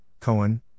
Cohen